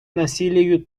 насилию